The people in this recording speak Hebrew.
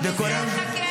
גם בזה אתה גאה?